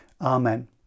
Amen